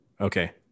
Okay